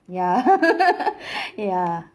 ya ya